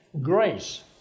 grace